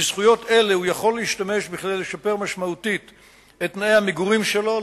בזכויות האלה הוא יכול להשתמש כדי לשפר משמעותית את תנאי המגורים שלו,